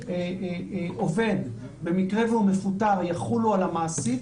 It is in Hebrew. העובד במקרה והוא מפוטר יחולו על המעסיק